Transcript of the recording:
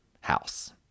house